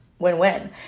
Win-win